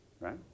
right